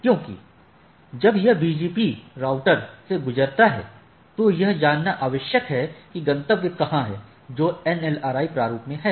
क्योंकि जब यह BGP राउटर से गुजरता है तो यह जानना आवश्यक है कि गंतव्य कहां है जो NLRI प्रारूप में है